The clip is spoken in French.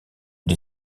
des